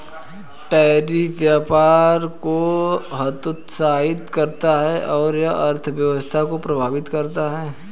tariff व्यापार को हतोत्साहित करता है और यह अर्थव्यवस्था को प्रभावित करता है